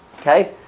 okay